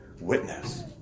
Witness